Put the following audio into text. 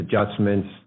adjustments